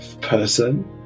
person